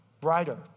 brighter